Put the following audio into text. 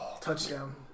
Touchdown